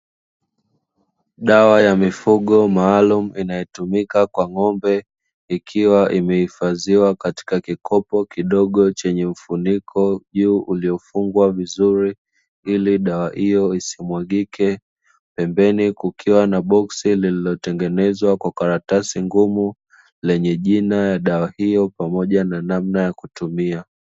Dawa ya mifugo maalumu inayotumika kwa ng'ombe, ikiwa imehifadhiwa katika kikopo kidogo chenye mfuniko juu uliyofungwa vizuri, ili dawa hiyo isimwagike. Pembeni kukiwa na boksi lililotengenezwa kwa karatasi ngumu, lenye jina la dawa hiyo pamoja na namna ya kutumia.